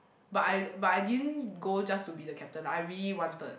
but I but I didn't go just to be the captain I really wanted